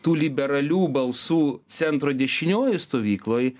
tų liberalių balsų centro dešiniojoj stovykloj